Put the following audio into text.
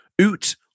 OOT